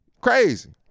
crazy